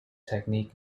technique